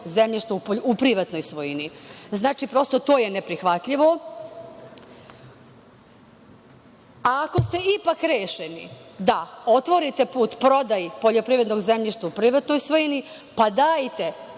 zemljišta u privatnoj svojini. Znači, prosto, to je neprihvatljivo. Ako ste ipak rešeni da otvorite put prodaji poljoprivrednog zemljišta u privatnoj svojini, dajte,